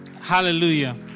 Hallelujah